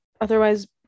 Otherwise